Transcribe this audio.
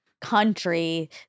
country